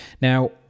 Now